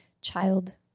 child